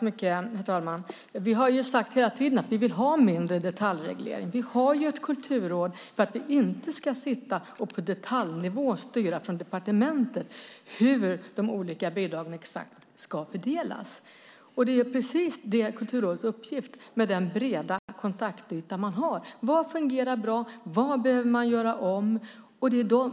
Herr talman! Vi har sagt hela tiden att vi vill ha mindre detaljreglering. Vi har ju ett kulturråd för att vi inte ska sitta och styra på detaljnivå från departementet exakt hur de olika bidragen ska fördelas. Det är Kulturrådets uppgift, med den breda kontaktyta man har, att fråga sig vad som fungerar bra och vad man behöver ändra.